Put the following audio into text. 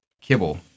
kibble